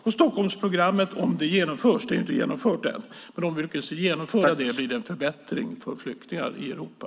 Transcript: Om vi lyckas genomföra Stockholmsprogrammet, det är ju inte genomfört ännu, blir det en förbättring för flyktingar i Europa.